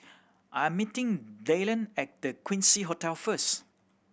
I am meeting Dyllan at The Quincy Hotel first